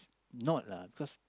not lah cause